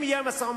אם יהיה משא-ומתן,